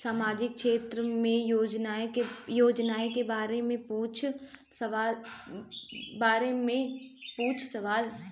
सामाजिक क्षेत्र की योजनाए के बारे में पूछ सवाल?